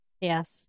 Yes